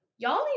Y'all